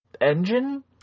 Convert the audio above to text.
engine